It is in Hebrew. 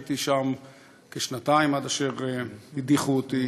הייתי שם כשנתיים, עד אשר הדיחו אותי